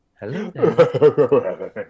hello